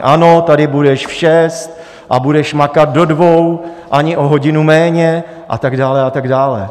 Ano, tady budeš v šest a budeš makat do dvou, ani o hodinu méně, a tak dále a tak dále.